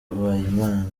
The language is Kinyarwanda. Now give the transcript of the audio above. mpayimana